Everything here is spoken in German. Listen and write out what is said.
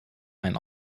einen